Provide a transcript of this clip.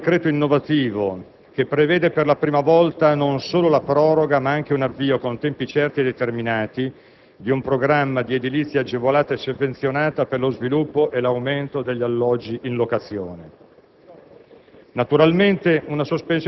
Stiamo parlando di un decreto innovativo che prevede per la prima volta non solo la proroga, ma anche un avvio, con tempi certi e determinati, di un programma di edilizia agevolata e sovvenzionata per lo sviluppo e l'aumento di alloggi in locazione.